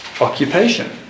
occupation